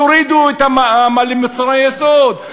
תורידו את המע"מ על מוצרי היסוד,